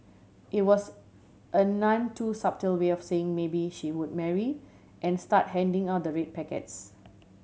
it was a none too subtle way of saying maybe she would marry and start handing out the red packets